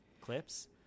clips